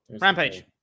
Rampage